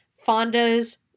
Fonda's